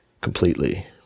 completely